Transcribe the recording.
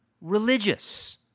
religious